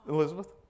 Elizabeth